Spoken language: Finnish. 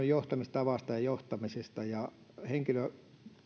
johtamistavasta ja johtamisesta